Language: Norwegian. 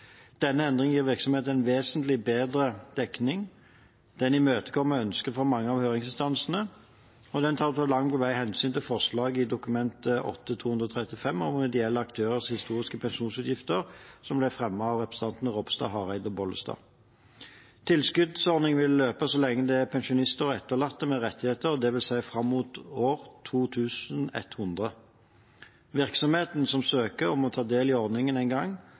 Denne endringen gir virksomheten en vesentlig bedre dekning, den imøtekommer ønsket fra mange av høringsinstansene, og den tar langt på vei hensyn til forslaget i Dokument 8:235 S om ideelle aktørers historiske pensjonsutgifter, som ble fremmet av representantene Ropstad, Hareide og Bollestad. Tilskuddsordningen vil løpe så lenge det er pensjonister og etterlatte med rettigheter, dvs. fram mot år 2100. Virksomheten som søker, må ta del i ordningen én gang,